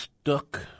stuck